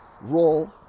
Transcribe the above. role